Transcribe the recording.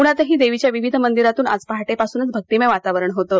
पुण्यातही देवीच्या विविध मंदिरांतून आज पहाटेपासूनच भक्तीमय वातावरण होतं